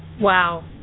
Wow